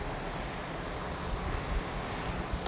okay